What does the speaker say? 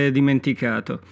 dimenticato